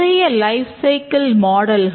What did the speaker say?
நிறைய life cycle மாடல்கள்